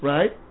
Right